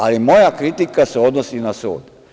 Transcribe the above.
Ali, moja kritika se odnosi na sud.